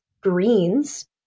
greens